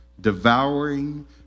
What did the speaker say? devouring